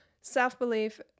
self-belief